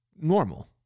normal